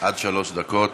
עד שלוש דקות.